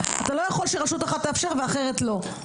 אתה לא יכול שרשות אחת תאפשר ורשות אחרת לא.